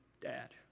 dad